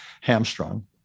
hamstrung